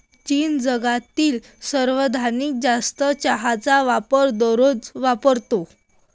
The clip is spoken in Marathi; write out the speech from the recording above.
चीन जगातील सर्वाधिक जास्त चहाचा वापर दररोज वापरतो